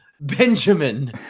Benjamin